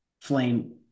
flame